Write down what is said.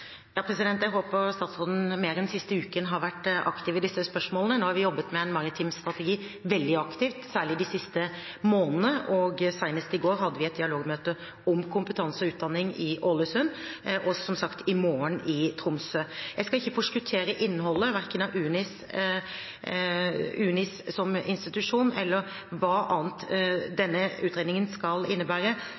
Jeg håper statsråden, mer enn den siste uken, har vært aktiv i disse spørsmålene. Nå har vi jobbet med en maritim strategi veldig aktivt, særlig de siste månedene, og senest i går hadde vi et dialogmøte om kompetanse og utdanning i Ålesund. Som sagt skal det også avholdes et høringsmøte i Tromsø i morgen. Jeg skal ikke forskuttere innholdet, verken når det gjelder UNIS som institusjon eller hva annet denne utredningen skal innebære.